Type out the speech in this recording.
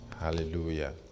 Hallelujah